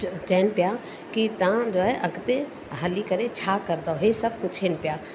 चइन पिया की तव्हां जो आहे अॻिते हली करे छा करदव हीअ सभु पुछनि पिया